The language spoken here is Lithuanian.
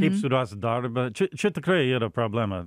kaip surast darbą čia čia tikrai yra problema